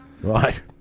Right